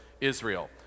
Israel